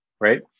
right